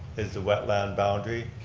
is a wetland boundary,